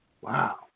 Wow